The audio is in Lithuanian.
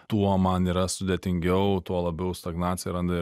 tuo man yra sudėtingiau tuo labiau stagnacija randa